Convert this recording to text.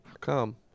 Come